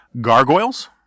gargoyles